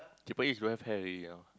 Triple-H don't have hair already you know